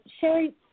Sherry